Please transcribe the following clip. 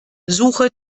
suche